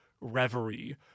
reverie